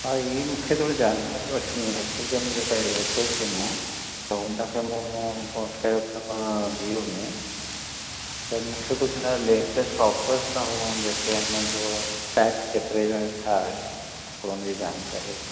हा हीअ मूंखे थोरी जानकारी वठिणी आहे एक्चूली छा मुंहिजो पहिरीं एअरटेल सिम हो उनखे मूं पोर्ट कयो अथम जीओ में मूंखे कुझु हिनजो लेटस्ट ऑफ़र्स ऐं जेके इनजो पैक्स केतिरे जा छा आहे थोरी उनजी जानकारी वठिणी हुई